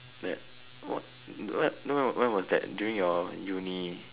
then what when then when when was that during your uni